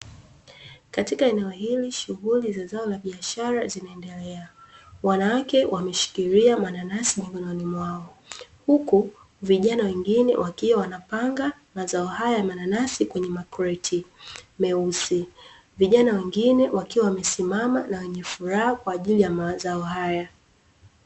Katika eneo hili shughuli za zao la biashara zinaendelea, wanawake wameshikilia mananasi mikono mwao, huku vijana wengine wakiwa wanapanga mazao haya ya mananasi kwenye makreti meusi, vijana wengine wakiwa wamesimama na wenye furaha kwa ajili ya mazao hayo.